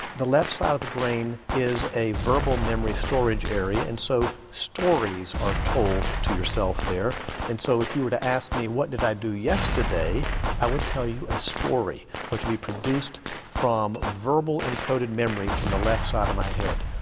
the left side of the brain is a verbal memory storage area and so stories are told to yourself there and so if you were to ask me what did i do yesterday i would tell you a story which would be produced from verbal encoded memories from the left side of my head.